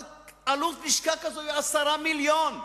אבל עלות לשכה כזאת היא 10 מיליוני ש"ח.